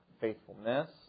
faithfulness